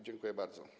Dziękuję bardzo.